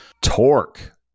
torque